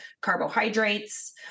carbohydrates